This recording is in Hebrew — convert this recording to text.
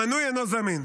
המנוי אינו זמין.